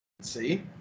See